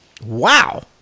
Wow